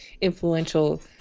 influential